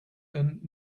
and